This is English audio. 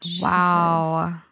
Wow